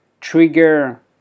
trigger